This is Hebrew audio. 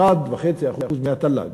1.5% מהתל"ג.